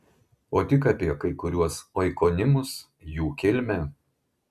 o tik apie kai kuriuos oikonimus jų kilmę